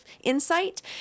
insight